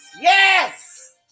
Yes